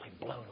blown